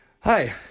hi